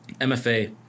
MFA